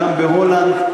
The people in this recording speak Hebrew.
וגם בהולנד,